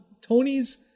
Tony's